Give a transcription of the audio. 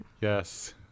Yes